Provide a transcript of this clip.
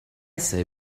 say